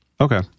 okay